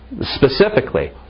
Specifically